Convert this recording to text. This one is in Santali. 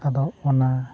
ᱟᱫᱚ ᱚᱱᱟ